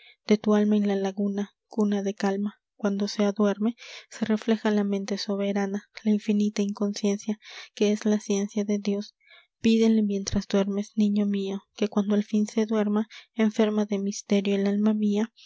de tu alma en la laguna cuna de calma cuando se aduerme se refleja la mente soberana la infinita inconciencia que es la ciencia de dios pídele mientras duermes niño mío que cuando al fin se duerma enferma de misterio el alma mía